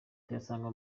tuyasanga